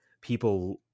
People